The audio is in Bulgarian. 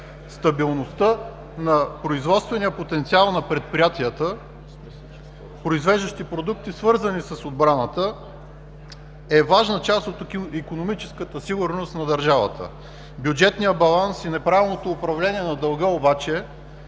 Стабилността на производствения потенциал на предприятията, произвеждащи продукти, свързани с отбраната, е важна част от икономическата сигурност на държавата. Бюджетният баланс и неправилното управление на дълга обаче